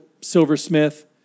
silversmith